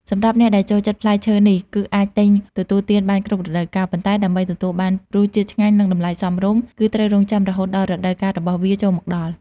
សម្រាប់អ្នកដែលចូលចិត្តផ្លែឈើនេះ គឺអាចទិញទទួលទានបានគ្រប់រដូវកាល ប៉ុន្តែដើម្បីទទួលបានរសជាតិឆ្ងាញ់ និងតម្លៃសមរម្យ គឺត្រូវរង់ចាំរហូតដល់រដូវកាលរបស់វាចូលមកដល់។